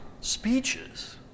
speeches